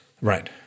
right